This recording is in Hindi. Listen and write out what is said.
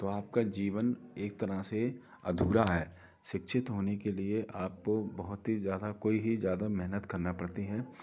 तो आपका जीवन एक तरह से अधूरा है शिक्षित होने के लिए आपको बहुत ही ज़्यादा कोई ही ज़्यादा मेहनत करना पड़ती है